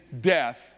death